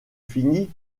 fini